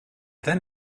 then